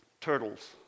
Turtles